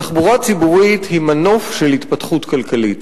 תחבורה ציבורית היא מנוף של התפתחות כלכלית.